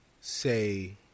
say